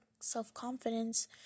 self-confidence